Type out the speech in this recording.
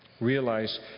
realize